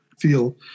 feel